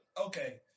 okay